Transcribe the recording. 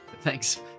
Thanks